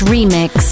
Remix